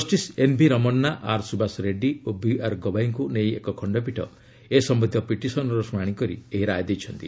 justice N V Ramana R Subhash Reddy ଓ ବିଆର୍ଗବାଇଙ୍କୁ ନେଇ ଏକ ଖଣ୍ଡପୀଠ ଏ ସମ୍ଭନ୍ଧୀୟ ପିଟିସନ୍ର ଶୁଣାଣି କରି ଏହି ରାୟ ଦେଇଛନ୍ତି